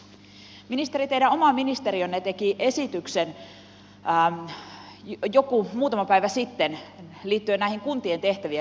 ministeri teidän oma ministeriönne teki esityksen muutama päivä sitten liittyen näihin kuntien tehtävien vähentämiseen